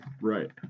Right